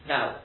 Now